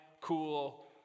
cool